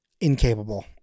incapable